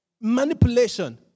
manipulation